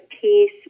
peace